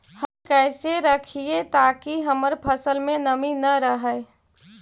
हम कैसे रखिये ताकी हमर फ़सल में नमी न रहै?